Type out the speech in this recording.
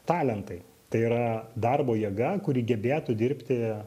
talentai tai yra darbo jėga kuri gebėtų dirbti